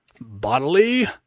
bodily